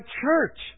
church